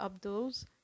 Abduls